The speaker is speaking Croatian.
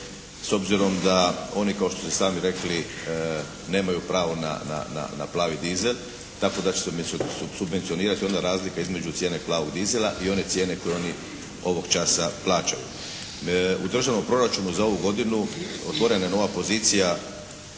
s obzirom da oni kao što ste i sami rekli nemaju pravo na plavi dizel, tako da će se umjesto, subvencionirati razlika između cijene plavog dizela i one cijene koju oni ovog časa plaćaju. U državnom proračunu za ovu godinu otvorena je nova pozicija